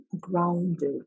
grounded